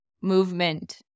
movement